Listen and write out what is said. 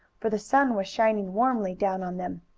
for the sun was shining warmly down on them.